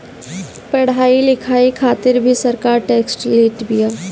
पढ़ाई लिखाई खातिर भी सरकार टेक्स लेत बिया